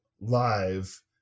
live